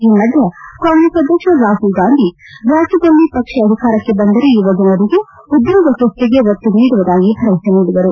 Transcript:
ಈ ಮಧ್ಯೆ ಕಾಂಗ್ರೆಸ್ ಅಧ್ಯಕ್ಷ ರಾಹುಲ್ ಗಾಂಧಿ ರಾಜ್ಯದಲ್ಲಿ ಪಕ್ಷ ಅಧಿಕಾರಕ್ಕೆ ಬಂದರೆ ಯುವಜನರಿಗೆ ಉದ್ಯೋಗ ಸೃಷ್ಷಿಗೆ ಒತ್ತು ನೀಡುವುದಾಗಿ ಭರವಸೆ ನೀಡಿದರು